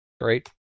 Great